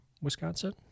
wisconsin